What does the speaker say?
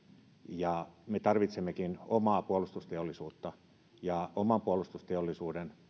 ja me tarvitsemmekin omaa puolustusteollisuutta oman puolustusteollisuuden